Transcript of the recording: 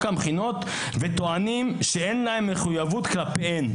המכינות וטוענים שאין להם מחויבות כלפיהן.